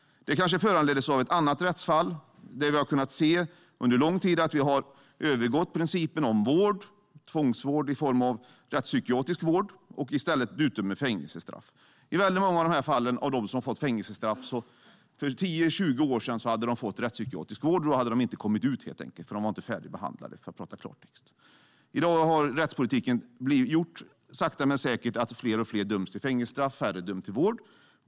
Det kanske föranleddes av ett annat rättsfall. Det vi har kunnat se under lång tid är att vi har övergett principen om tvångsvård i form av rättspsykiatrisk vård och i stället bytt ut den mot fängelsestraff. Väldigt många av dem som fått fängelsestraff skulle för 10-20 år sedan ha fått rättspsykiatrisk vård. Då hade de helt enkelt inte kommit ut, eftersom de inte varit färdigbehandlade, för att tala klartext. I dag har rättspolitiken sakta men säkert gjort att fler och fler döms till fängelsestraff och färre och färre till vård.